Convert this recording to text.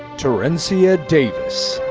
terrencia davis.